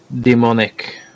demonic